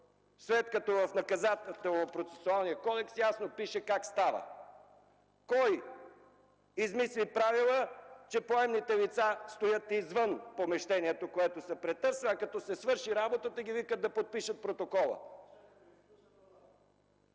след като в Наказателно-процесуалния кодекс ясно пише как става това? Кой измисли правила, че поемните лица стоят извън помещението, което се претърсва, а като се свърши работата, ги викат да подпишат протокола?